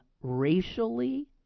racially